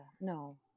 no